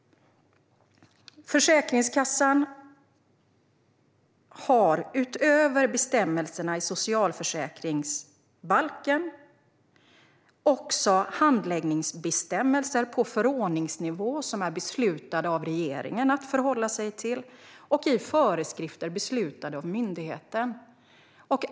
Försäkringskassan har utöver bestämmelserna i socialförsäkringsbalken också att förhålla sig till handläggningsbestämmelser på förordningsnivå beslutade av regeringen samt föreskrifter beslutade av myndigheten.